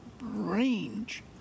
range